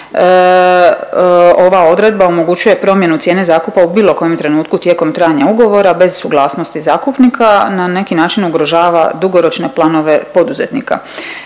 Ova odredba omogućuje promjenu cijene zakupa u bilo kojem trenutku tijekom trajanja ugovora bez suglasnosti zakupnika na neki način ugrožava dugoročne planove poduzetnika.